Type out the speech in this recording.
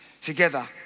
together